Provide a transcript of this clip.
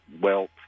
wealth